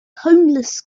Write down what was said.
homeless